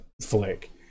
flick